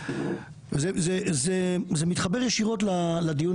ואני יודעת שזה נושא יקר לליבך.